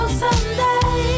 someday